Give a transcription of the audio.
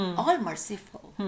all-merciful